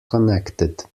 connected